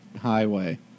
highway